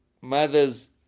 Mothers